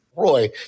Roy